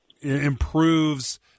improves